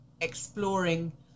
exploring